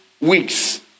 weeks